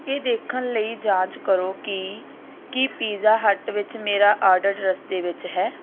ਇਹ ਦੇਖਣ ਲਈ ਜਾਂਚ ਕਰੋ ਕਿ ਕੀ ਪੀਜ਼ਾ ਹੱਟ ਵਿੱਚ ਮੇਰਾ ਆਰਡਰ ਰਸਤੇ ਵਿੱਚ ਹੈ